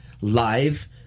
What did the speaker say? live